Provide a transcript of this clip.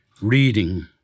reading